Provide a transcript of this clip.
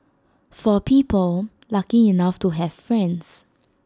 for people lucky enough to have friends